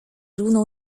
runął